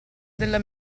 della